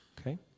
okay